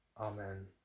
Amen